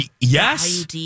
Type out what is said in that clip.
Yes